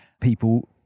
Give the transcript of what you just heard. People